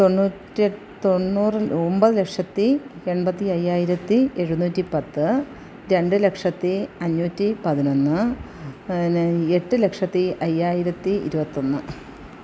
തൊണ്ണൂറ്റി എട്ട് തൊണ്ണൂറ് ഒമ്പത് ലക്ഷത്തി എൺപത്തി അയ്യായിരത്തി എഴുനൂറ്റി പത്ത് രണ്ട് ലക്ഷത്തി അഞ്ഞൂറ്റി പതിനൊന്ന് പിന്നെ എട്ട് ലക്ഷത്തി ഇരുപത്തി അയ്യായിരത്തി ഇരുപത്തി ഒന്ന്